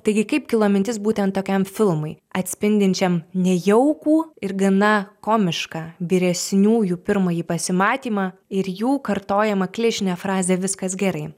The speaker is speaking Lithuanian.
taigi kaip kilo mintis būtent tokiam filmui atspindinčiam nejaukų ir gana komišką vyresniųjų pirmąjį pasimatymą ir jų kartojamą klišinę frazę viskas gerai